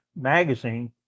magazine